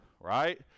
right